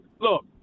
look